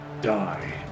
Die